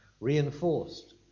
reinforced